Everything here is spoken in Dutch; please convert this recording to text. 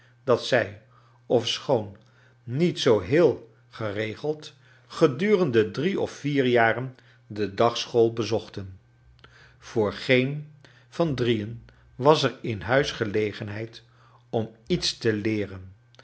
dat zij ofschoon niet zoo heel geregeld gedurende drie of vier jaren de dagschool bezochten voor geen van drieen was er in huis gelegenheid om iets te leeren